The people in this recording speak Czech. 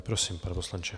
Prosím, pane poslanče.